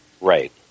Right